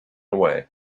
away